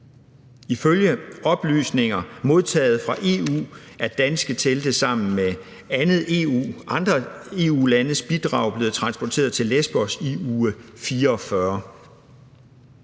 Ifølge oplysninger modtaget fra EU er danske telte sammen med andre EU-landes bidrag blevet transporteret til Lesbos i uge 44.